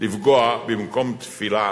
לפגוע במקום תפילה